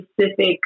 specific